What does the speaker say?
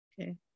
Okay